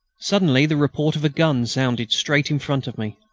suddenly the report of a gun sounded straight in front of me.